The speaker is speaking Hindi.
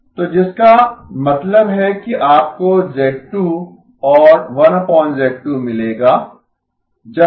तो जिसका मतलब है कि आपको z2 और 1z2 मिलेगा जहाँ ℑz20